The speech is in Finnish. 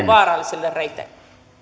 vaarallisille reiteille